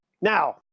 Now